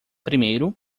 primeiro